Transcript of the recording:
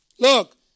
Look